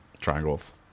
triangles